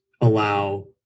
allow